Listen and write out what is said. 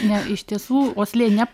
ne iš tiesų uoslė ne